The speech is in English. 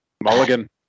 Mulligan